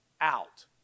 out